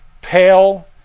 pale